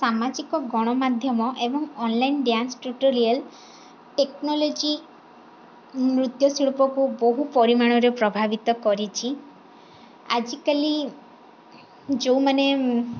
ସାମାଜିକ ଗଣମାଧ୍ୟମ ଏବଂ ଅନ୍ଲାଇନ୍ ଡ୍ୟାନ୍ସ ଟ୍ୟୁଟୋରିଆଲ୍ ଟେକ୍ନୋଲୋଜି ନୃତ୍ୟଶିଳ୍ପକୁ ବହୁ ପରିମାଣରେ ପ୍ରଭାବିତ କରିଛି ଆଜିକାଲି ଯେଉଁମାନେ